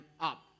up